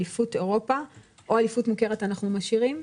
אליפות אירופה או אליפות מוכרת אנחנו משאירים?